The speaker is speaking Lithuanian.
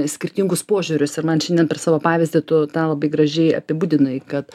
skirtingus požiūrius ir man šiandien per savo pavyzdį tu tą labai gražiai apibūdinai kad